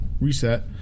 Reset